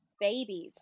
babies